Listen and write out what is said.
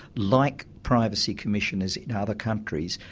like privacy commissioners in other countries,